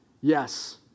yes